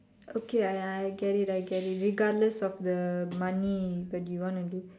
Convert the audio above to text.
okay I I get it I get it regardless of the money but you want to do